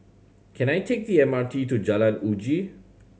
can I take the M R T to Jalan Uji